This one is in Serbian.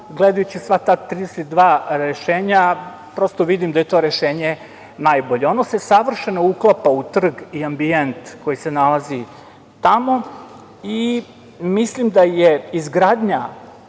gledajući sva ta 32 rešenja, prosto vidim da je to rešenje najbolje. Ono se savršeno uklapa u trg i ambijent koji se nalazi tamo i mislim da je izgradnja